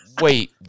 wait